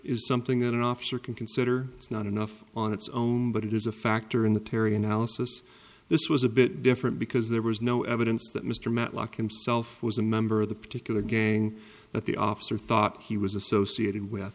is something that an officer can consider it's not enough on its own but it is a factor in the terry analysis this was a bit different because there was no evidence that mr matlock himself was a member of the particular gang that the officer thought he was associated with